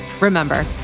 Remember